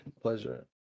pleasure